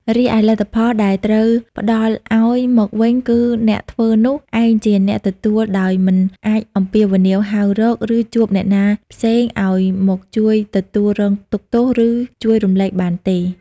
រីឯលទ្ធផលដែលត្រូវផ្តល់ឲ្យមកវិញគឺអ្នកធ្វើនោះឯងជាអ្នកទទួលដោយមិនអាចអំពាវនាវហៅរក ឬជួលអ្នកណាផ្សេងឲ្យមកជួយទទួលរងទុក្ខទោស ឬជួយរំលែកបានទេ ។